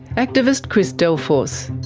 activist chris delforce.